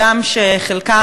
הגם שחלקם,